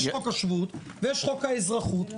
יש חוק השבות יש חוק האזרחות.